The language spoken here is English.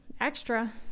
Extra